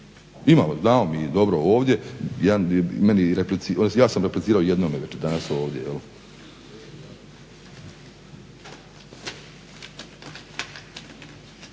znamo mi dobro ovdje, ja sam replicirao jednom već danas ovdje,